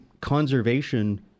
conservation